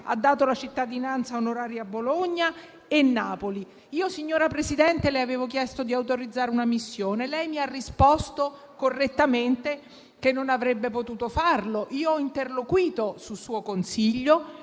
a Zaki la cittadinanza onoraria, così come Bologna e Napoli. Io, signor Presidente, le avevo chiesto di autorizzare una missione e lei mi ha risposto, correttamente, che non avrebbe potuto farlo. Io ho interloquito, su suo consiglio,